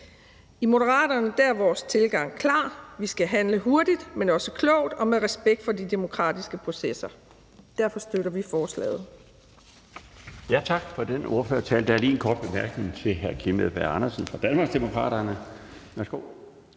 Moderaternes tilgang er klar: Vi skal handle hurtigt, men også klogt og med respekt for de demokratiske processer. Derfor støtter vi forslaget.